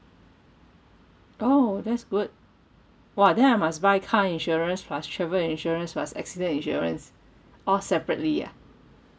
oh that's good !wah! then I must buy car insurance plus travel insurance plus accident insurance all separately ah